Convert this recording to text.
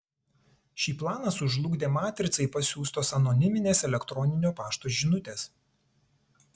šį planą sužlugdė matricai pasiųstos anoniminės elektroninio pašto žinutės